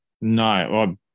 no